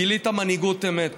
גילית מנהיגות אמת.